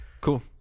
Cool